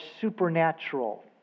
supernatural